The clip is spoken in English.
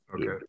Okay